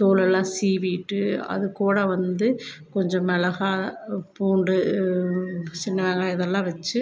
தோலெல்லாம் சீவிட்டு அதுக்கூட வந்து கொஞ்சம் மிளகா பூண்டு சின்ன வெங்காயம் இதல்லாம் வச்சு